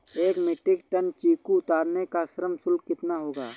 एक metric ton चीकू उतारने का श्रम शुल्क कितना होगा?